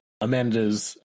Amanda's